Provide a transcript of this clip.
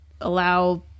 allow